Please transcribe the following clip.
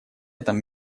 этом